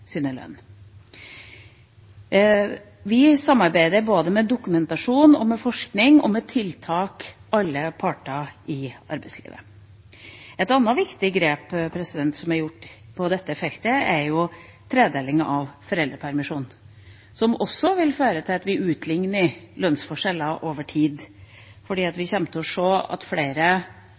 lønn. Vi samarbeider, både med dokumentasjon og med forskning, om tiltak med alle parter i arbeidslivet. Et annet viktig grep som er gjort på dette feltet, er tredelingen av foreldrepermisjonen. Den vil også føre til at vi utligner lønnsforskjeller over tid, fordi vi kommer til å se at